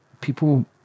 People